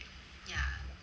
ya